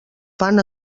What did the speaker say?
fan